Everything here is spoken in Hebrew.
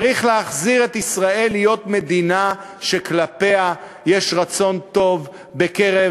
צריך להחזיר את ישראל להיות מדינה שיש כלפיה רצון טוב בקרב